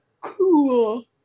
Cool